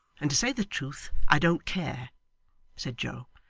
and to say the truth, i don't care said joe.